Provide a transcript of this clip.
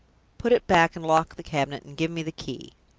put it back, and lock the cabinet, and give me the key.